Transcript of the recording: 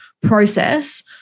process